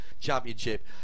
Championship